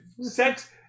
sex